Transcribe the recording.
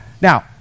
Now